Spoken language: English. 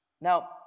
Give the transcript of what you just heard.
Now